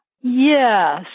Yes